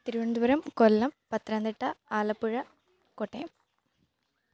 Thiruvananthapuram Kollam Pathanamthitta Alappuzha Kottayam